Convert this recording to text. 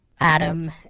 adam